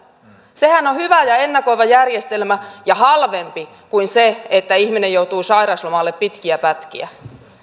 sehän on on hyvä ja ennakoiva järjestelmä ja halvempi kuin se että ihminen joutuu sairauslomille pitkiä pätkiä